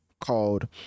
called